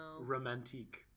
romantic